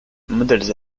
modèles